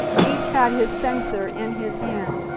each had his censer in his hand,